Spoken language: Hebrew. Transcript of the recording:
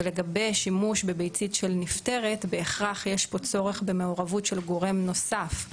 ולגבי שימוש בביצית של נפטרת בהכרח יש פה צורך במעורבות של גורם נוסף,